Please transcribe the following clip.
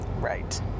Right